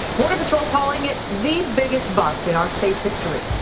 border patrol calling it the biggest bust in our state's history.